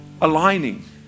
aligning